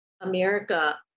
America